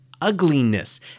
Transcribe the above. ugliness